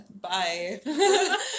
bye